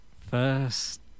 first